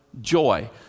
joy